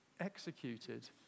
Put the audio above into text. executed